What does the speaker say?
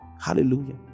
Hallelujah